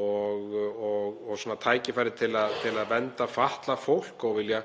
og tækifæri til að vernda fatlað fólk. Þau vilja